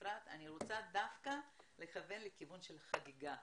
אני רוצה דווקא לכוון לכיוון של חגיגה.